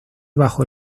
bajo